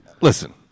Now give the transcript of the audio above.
listen